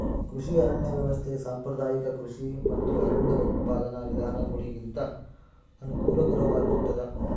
ಕೃಷಿ ಅರಣ್ಯ ವ್ಯವಸ್ಥೆ ಸಾಂಪ್ರದಾಯಿಕ ಕೃಷಿ ಮತ್ತು ಅರಣ್ಯ ಉತ್ಪಾದನಾ ವಿಧಾನಗುಳಿಗಿಂತ ಅನುಕೂಲಕರವಾಗಿರುತ್ತದ